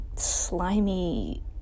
slimy